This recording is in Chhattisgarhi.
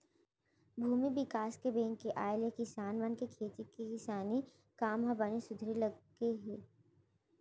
भूमि बिकास बेंक के आय ले किसान मन के खेती किसानी के काम ह बने सुधरे लग गे